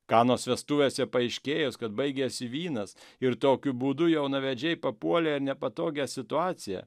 kanos vestuvėse paaiškėjus kad baigėsi vynas ir tokiu būdu jaunavedžiai papuolė į nepatogią situaciją